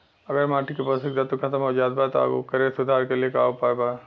अगर माटी के पोषक तत्व खत्म हो जात बा त ओकरे सुधार के लिए का उपाय बा?